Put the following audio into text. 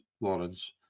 Lawrence